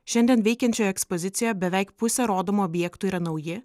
šiandien veikiančioje ekspozicijoje beveik pusė rodomų objektų yra nauji